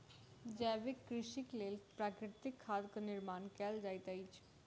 जैविक कृषिक लेल प्राकृतिक खादक निर्माण कयल जाइत अछि